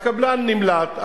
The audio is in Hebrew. הקבלן נמלט,